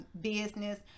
business